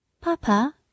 Papa